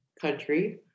country